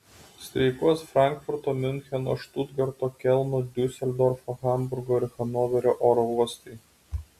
streikuos frankfurto miuncheno štutgarto kelno diuseldorfo hamburgo ir hanoverio oro uostai